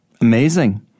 Amazing